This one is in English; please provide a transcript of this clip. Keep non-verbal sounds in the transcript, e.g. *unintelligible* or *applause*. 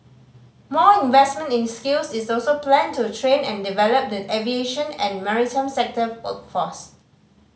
more investment in skills is also planned to train and develop the aviation and maritime sector *unintelligible* workforce